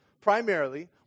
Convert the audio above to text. primarily